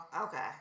okay